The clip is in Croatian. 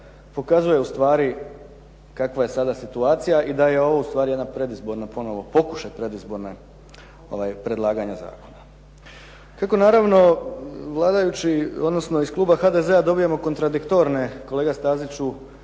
pokazuje ustvari kakva je sada situacija i da je ovo ustvari pokušaj predizbornog predlaganja zakona. Kako naravno vladajući odnosno iz kluba HDZ-a dobivamo kontradiktorne, kolega Staziću,